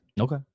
Okay